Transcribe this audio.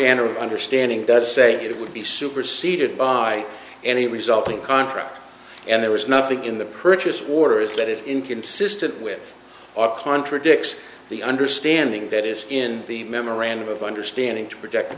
of understanding does say it would be superseded by any resulting contract and there was nothing in the purchase orders that is inconsistent with our contradicts the understanding that is in the memorandum of understanding to protect the